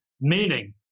meaning